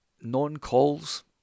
non-calls